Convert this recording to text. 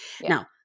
Now